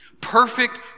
Perfect